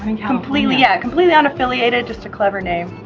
i mean completely, yeah completely unaffiliated, just a clever name,